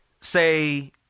Say